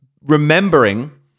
remembering